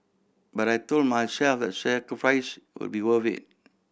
but I told myself sacrifice would be worth it